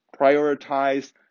Prioritize